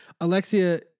alexia